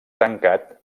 tancat